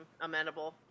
amenable